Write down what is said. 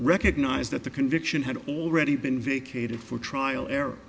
recognized that the conviction had already been vacated for trial